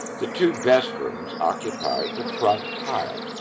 the two best rooms occupy the front pile,